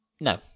no